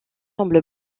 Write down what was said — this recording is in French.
semble